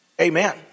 Amen